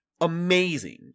amazing